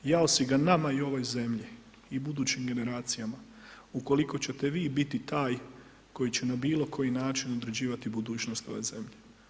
Jao si ga nama i ovoj zemlji i budućim generacijama ukoliko ćete vi biti taj koji će na bilo koji način određivati budućnost ove zemlje.